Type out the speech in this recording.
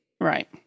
Right